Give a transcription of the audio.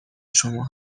شما